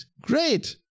Great